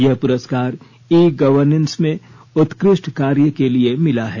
यह पुरस्कार e governance में उत्कृष्ट कार्य के लिए मिला है